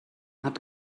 hat